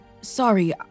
Sorry